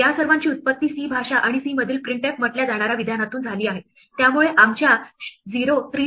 या सर्वांची उत्पत्ती C भाषा आणि C मधील printf म्हटल्या जाणार्या विधानातून झाली आहे त्यामुळे आमच्या 03d आणि 6